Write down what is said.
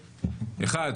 אחד,